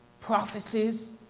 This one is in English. prophecies